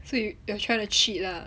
so you you trying to cheat lah